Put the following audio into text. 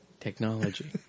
Technology